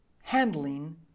handling